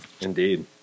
Indeed